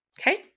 okay